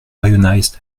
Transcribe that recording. ionized